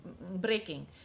Breaking